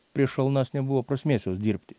prieš šalnas nebuvo prasmės jos dirbti